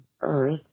earth